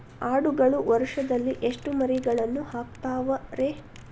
ಆಡುಗಳು ವರುಷದಲ್ಲಿ ಎಷ್ಟು ಮರಿಗಳನ್ನು ಹಾಕ್ತಾವ ರೇ?